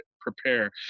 prepare